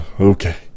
Okay